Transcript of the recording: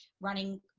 running